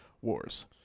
wars